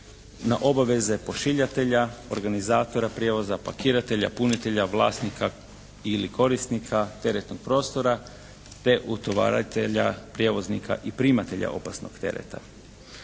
Na obaveze pošiljatelja, organizatora prijevoza, pakiratelja, punitelja, vlasnika ili korisnika teretnog prostora te utovaritelja, prijevoznika i primatelja opasnog tereta.